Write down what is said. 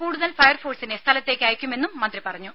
കൂടുതൽ ഫയർഫോഴ്സിനെ സ്ഥലത്തേക്ക് അയക്കുമെന്ന് മന്ത്രി പറഞ്ഞു